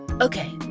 Okay